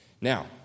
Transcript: Now